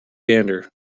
gander